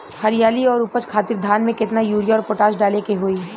हरियाली और उपज खातिर धान में केतना यूरिया और पोटाश डाले के होई?